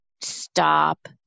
stop